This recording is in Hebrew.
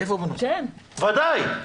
ודאי.